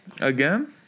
again